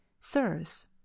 Sirs